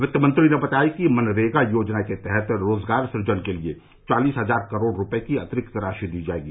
वित्त मंत्री ने बताया कि मनरेगा योजना के तहत रोजगार सुजन के लिए चालीस हजार करोड़ रुपये की अतिरिक्त राशि दी जाएगी